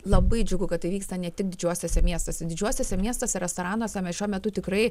labai džiugu kad tai vyksta ne tik didžiuosiuose miestuose didžiuosiuose miestuose restoranuose šiuo metu tikrai